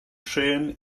trên